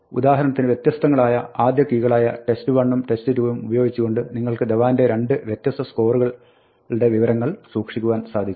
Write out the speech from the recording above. ഉദാഹരണത്തിന് വ്യത്യസ്തങ്ങളായ ആദ്യ കീകളായ test1 ഉം test2 ഉപയേഗിച്ചുകൊണ്ട് നിങ്ങൾക്ക് ധവാന്റെ രണ്ട് വ്യത്യസ്ത സ്കോറുകളുടെ വിരങ്ങൾ സൂക്ഷിക്കുവാൻ സാധിക്കും